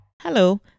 Hello